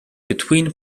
between